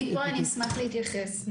אני פה, אשמח להתייחס.